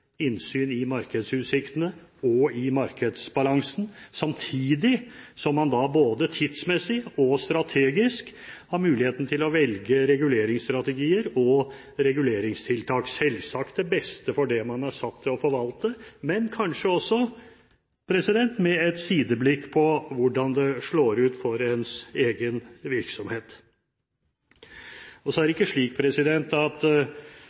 innsyn i markedsutsiktene og i markedsbalansen, samtidig som man både tidsmessig og strategisk har muligheten til å velge reguleringsstrategier og reguleringstiltak – selvsagt til beste for det man er satt til å forvalte, men kanskje også med et sideblikk på hvordan det slår ut for ens egen virksomhet. Så er det ikke slik at